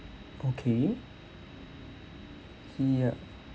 okay yup